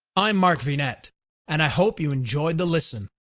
i'm mark vinet and i hope you enjoyed the listen.